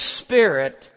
spirit